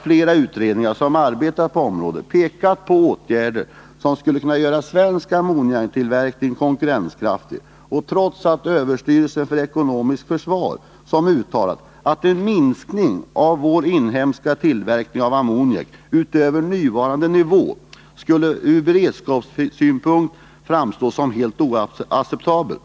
Flera utredningar som arbetat på området har pekat på åtgärder som skulle kunna göra svensk ammoniaktillverkning konkurrenskraftig, och överstyrel 173 Nr 146 sen för ekonomiskt försvar har uttalat att en minskning av vår inhemska tillverkning av ammoniak till under nuvarande nivå ur beredskapssynpunkt skulle framstå som helt oacceptabel.